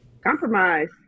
compromise